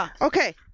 Okay